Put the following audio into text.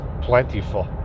plentiful